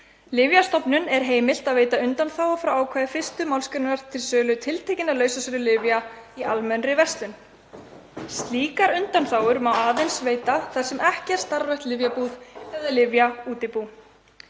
„Lyfjastofnun er heimilt að veita undanþágu frá ákvæði 1. mgr. til sölu tiltekinna lausasölulyfja í almennri verslun. Slíkar undanþágur má aðeins veita þar sem ekki er starfrækt lyfjabúð eða lyfjaútibú.